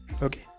okay